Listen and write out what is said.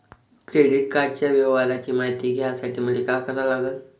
Credit कार्डाच्या व्यवहाराची मायती घ्यासाठी मले का करा लागन?